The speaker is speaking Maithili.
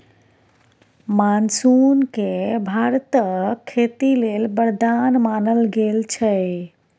मानसून केँ भारतक खेती लेल बरदान मानल गेल छै